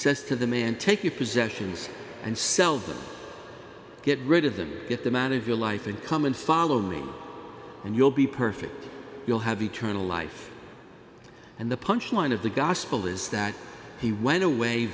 says to the man take your possessions and sell them get rid of them get them out of your life and come and follow me and you'll be perfect you'll have eternal life and the punchline of the gospel is that he went away